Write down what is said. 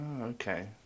okay